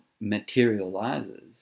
materializes